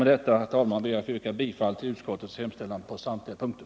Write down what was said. Med detta ber jag att få yrka bifall till utskottets hemställan på samtliga punkter.